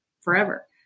forever